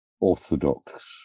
orthodox